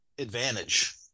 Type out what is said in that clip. advantage